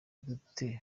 gute